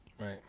Right